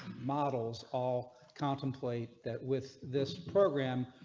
models all contemplate that with this program.